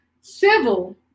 civil